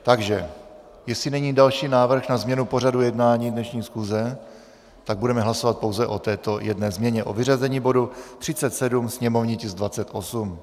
Takže jestli není další návrh na změnu pořadu jednání dnešní schůze, tak budeme hlasovat pouze o této jedné změně o vyřazení bodu 37, sněmovní tisk 28.